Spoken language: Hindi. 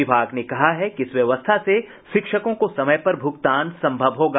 विभाग ने कहा है कि इस व्यवस्था से शिक्षकों को समय पर भुगतान संभव होगा